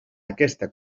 aquesta